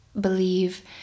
believe